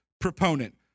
proponent